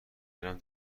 برم